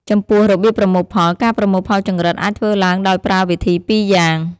ចំពោះរបៀបប្រមូលផល ការប្រមូលផលចង្រិតអាចធ្វើឡើងដោយប្រើវិធីពីរយ៉ាង។